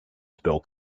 spill